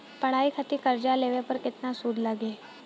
पढ़ाई खातिर कर्जा लेवे पर केतना सूद लागी?